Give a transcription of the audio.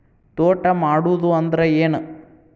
ತೋಟ ಮಾಡುದು ಅಂದ್ರ ಏನ್?